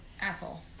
asshole